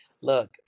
look